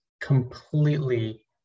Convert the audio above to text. completely